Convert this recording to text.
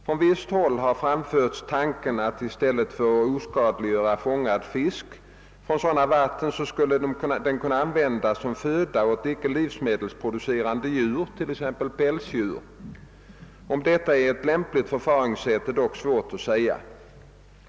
Från vissa håll har framförts tanken att man i stället för att oskadliggöra fisk fångad i sådana vatten skulle kunna använda den som föda åt icke livsmedelsproducerande djur, t.ex. pälsdjur. Om detta är ett lämpligt förfaringssätt är dock svårt att säga.